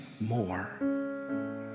more